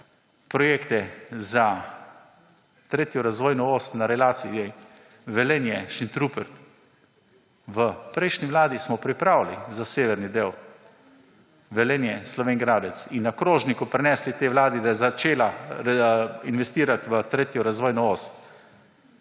projekte za tretjo razvojno os na relaciji Velenje–Šentrupert. V prejšnji vladi smo pripravili za severni del Velenje–Slovenj Gradec in na krožniku prinesli tej vladi, da je začela investirati v tretjo razvojno os.